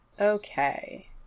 Okay